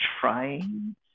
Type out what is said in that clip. trying